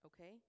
okay